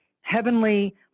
heavenly